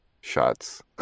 shots